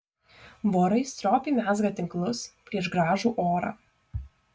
vorai stropiai mezga tinklus prieš gražų orą